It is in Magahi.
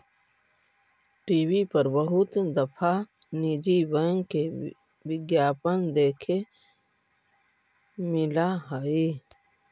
टी.वी पर बहुत दफा निजी बैंक के विज्ञापन देखे मिला हई